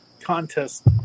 contest